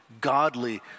godly